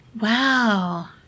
Wow